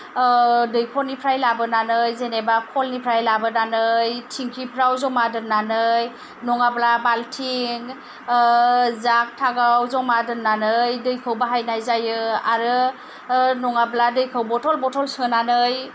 दैखरनिफ्राय लाबोनानै जेनेबा खलनिफ्राय लाबोनानै थिंकिफ्राव जमा दोननानै नङाब्ला बाल्थिं जाग थागाव जमा दोननानै दैखौ बाहायनाय जायो आरो नङाब्ला दैखौ बथल बथल सोनानै